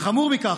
וחמור מכך,